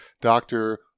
doctor